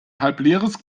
halbleeres